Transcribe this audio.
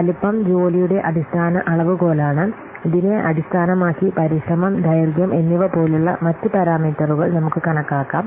വലുപ്പം ജോലിയുടെ അടിസ്ഥാന അളവുകോലാണ് ഇതിനെ അടിസ്ഥാനമാക്കി പരിശ്രമം ദൈർഘ്യം എന്നിവ പോലുള്ള മറ്റ് പാരാമീറ്ററുകൾ നമുക്ക് കണക്കാക്കാം